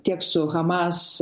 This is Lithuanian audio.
tiek su hamas